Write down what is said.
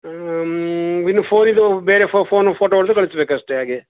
ಹ್ಞೂ ಇನ್ನು ಫೋನಿಂದು ಬೇರೆ ಫೋನಲ್ಲಿ ಫೋಟೋ ಹೊಡೆದು ಕಳ್ಸ್ಬೇಕು ಅಷ್ಟೆ ಹಾಗೆ